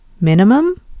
minimum